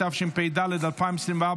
התשפ"ד 2024,